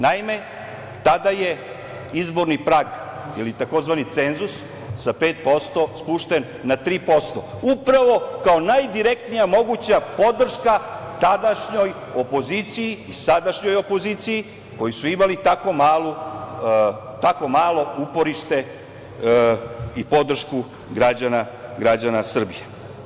Naime, tada je izborni prag ili takozvani cenzus sa 5% spušten na 3%, upravo kao najdirektnija moguća podrška tadašnjoj opoziciji, sadašnjoj opoziciji koji su imali tako malo uporište i podršku građana Srbije.